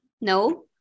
No